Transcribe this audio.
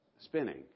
spinning